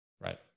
Right